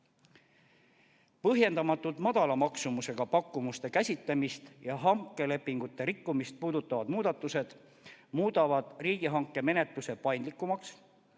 Põhjendamatult madala maksumusega pakkumuste käsitlemist ja hankelepingute rikkumist puudutavad muudatused muudavad riigihankemenetluse paindlikumaks